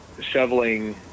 shoveling